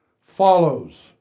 follows